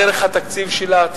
דרך התקציב שלה,